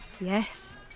Yes